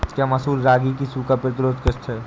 क्या मसूर रागी की सूखा प्रतिरोध किश्त है?